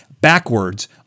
backwards